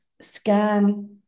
scan